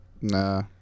Nah